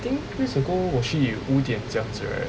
I think few weeks ago 我去五点这样子 right